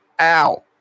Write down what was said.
ow